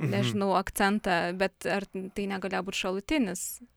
nežinau akcentą bet ar tai negalėjo būt šalutinis